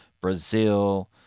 brazil